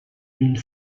d’une